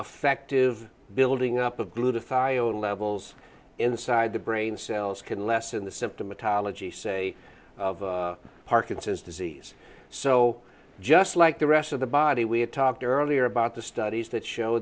affective building up of glue to phiona levels inside the brain cells can lessen the symptomatology say of parkinson's disease so just like the rest of the body we had talked earlier about the studies that show